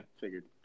figured